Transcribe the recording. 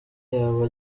yaba